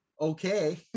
okay